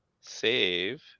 save